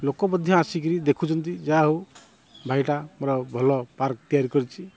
ଲୋକମଧ୍ୟ ଆସିକିରି ଦେଖୁଛନ୍ତି ଯାହାହେଉ ଭାଇଟା ମୋର ଭଲ ପାର୍କ୍ ତିଆରି କରିଛି